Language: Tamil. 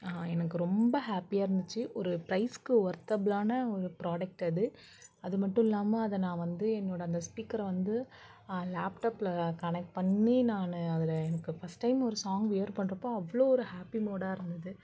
எனக்கு ரொம்ப ஹாப்பியாக இருந்துச்சு ஒரு ப்ரைஸ்க்கு ஒர்த்தபுலான ஒரு ப்ராடக் அது அது மட்டும் இல்லாமல் நான் அதை வந்து என்னோடய அந்த ஸ்பீக்கரை வந்து லேப்டாப்ல கனெக்ட் பண்ணி நான் அதில் எனக்கு ஃபஸ்ட் டைம் ஒரு சாங் வியர் பண்ணுறப்போ அவ்வளோ ஒரு ஹாப்பி மூடாக இருந்தது